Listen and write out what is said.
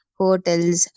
hotels